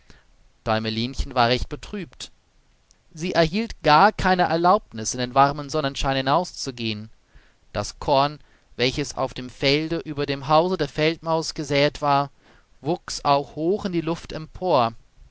däumelinchen war recht betrübt sie erhielt gar keine erlaubnis in den warmen sonnenschein hinauszugehen das korn welches auf dem felde über dem hause der feldmaus gesäet war wuchs auch hoch in die luft empor